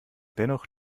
dennoch